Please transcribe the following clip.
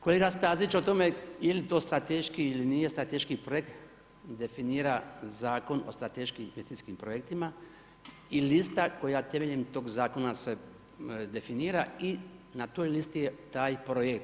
Kolega Stazić o tome, je li to strateški ili nije strateški projekt, definira Zakon o strateškim investicijskim projektima i lista koja temeljem tog zakona se definira i na toj listi je taj projekt.